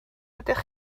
ydych